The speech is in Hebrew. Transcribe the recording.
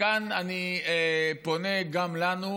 וכאן אני פונה גם אלינו,